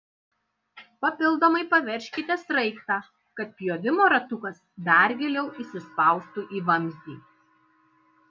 papildomai paveržkite sraigtą kad pjovimo ratukas dar giliau įsispaustų į vamzdį